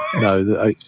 no